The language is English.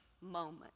moment